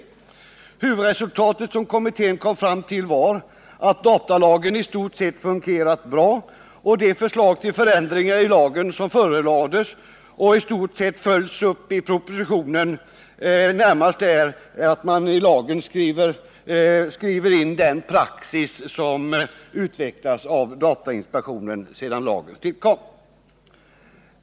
Det huvudresultat som kommittén kom fram till var att datalagen i stort sett fungerat bra, och de förslag till förändringar i lagen som förelades — och som i stort sett följts upp i propositionen — innebär närmast att man i lagen skriver in den praxis som utvecklats av datainspektionen sedan lagens tillkomst.